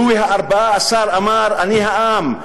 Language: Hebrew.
לואי ה-14 אמר: אני העם.